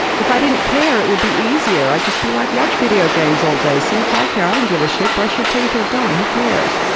if i didn't care, it would be easier. i'd just be like, watch videogames all day, see if i care and give a shit. brush your teeth or don't, who cares?